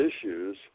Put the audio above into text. issues